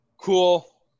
Cool